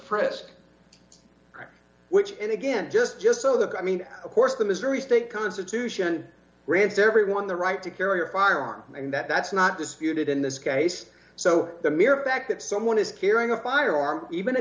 frisk which and again just just so that i mean of course the missouri state constitution grants everyone the right to carry a firearm and that's not disputed in this case so the mere fact that someone is carrying a firearm even a